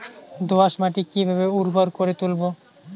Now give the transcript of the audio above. দোয়াস মাটি কিভাবে উর্বর করে তুলবো?